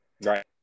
right